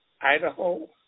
Idaho